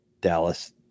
Dallas